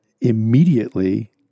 immediately